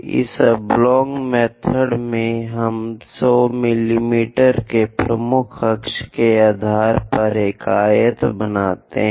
इस oblong method में हम 100 मिमी के प्रमुख अक्ष के आधार पर एक आयत बनाते हैं